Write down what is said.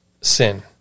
sin